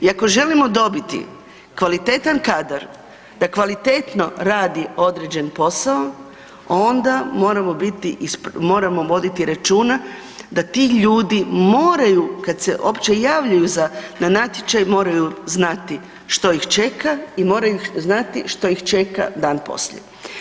I ako želimo dobiti kvalitetan kadar, da kvalitetno radi određen posao, onda moramo voditi računa da ti ljudi moraju kad se opće javljaju na natječaj moraju znati što ih čeka i moraju znati što ih čeka dan poslije.